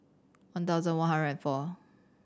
one thousand one hundred and four